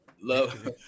love